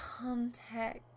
contact